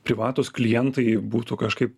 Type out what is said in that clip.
privatūs klientai būtų kažkaip